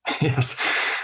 Yes